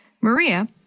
Maria